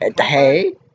Hey